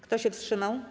Kto się wstrzymał?